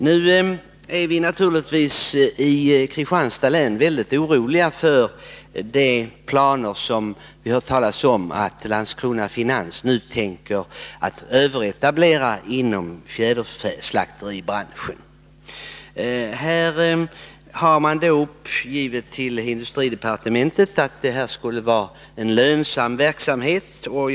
Vi är naturligtvis i Kristianstads län mycket oroliga över de planer som vi hört talas om, att Landskrona Finans tänker åstadkomma en överetablering inom fjäderfäslakteribranschen. Företaget har till industridepartementet uppgivit att verksamheten skulle vara lönsam.